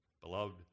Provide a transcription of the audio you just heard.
beloved